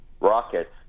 rockets